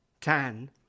tan